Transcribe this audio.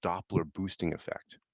doppler boosting effect.